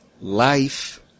life